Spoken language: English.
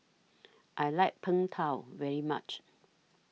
I like Png Tao very much